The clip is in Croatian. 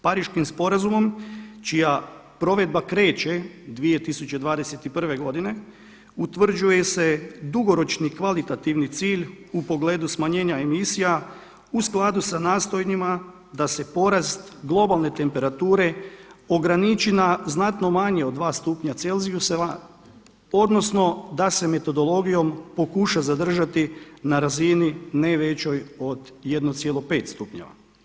Pariškim sporazumom čija provedba kreće 2021. godine utvrđuje se dugoročni kvalitativni cilj u pogledu smanjenja emisija u skladu sa nastojanjima da se porast globalne temperature ograniči na znatno manje od dva stupnja celzijusa, odnosno da se metodologijom pokuša zadržati na razini ne većoj od 1,5 stupnjeva.